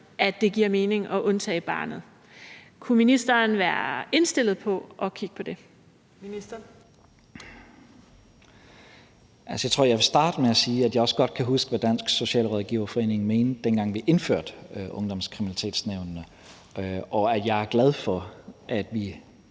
14:34 Tredje næstformand (Trine Torp): Ministeren. Kl. 14:34 Justitsministeren (Mattias Tesfaye): Jeg tror, jeg vil starte med at sige, at jeg også godt kan huske, hvad Dansk Socialrådgiverforening mente, dengang vi indførte ungdomskriminalitetsnævnene, og at jeg er glad for, at vi